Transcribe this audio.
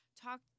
talk